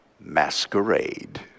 masquerade